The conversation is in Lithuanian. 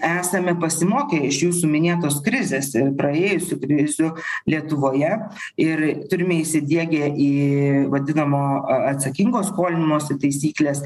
esame pasimokę iš jūsų minėtos krizės ir praėjusių krizių lietuvoje ir turime įsidiegę į vadinamo atsakingo skolinimosi taisykles